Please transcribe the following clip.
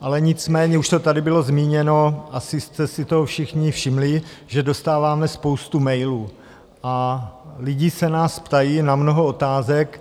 ale nicméně už to tady bylo zmíněno, asi jste si toho všichni všimli, že dostáváme spoustu mailů a lidi se nás ptají na mnoho otázek.